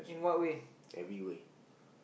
everywhere